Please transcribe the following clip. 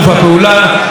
ואחרונים חביבים,